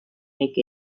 make